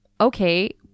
okay